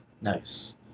Nice